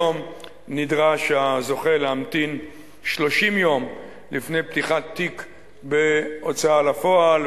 כיום נדרש הזוכה להמתין 30 יום לפני פתיחת תיק בהוצאה לפועל,